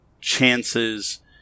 chances